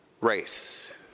race